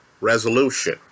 resolution